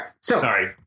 Sorry